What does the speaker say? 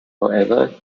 however